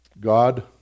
God